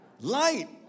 light